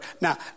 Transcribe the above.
now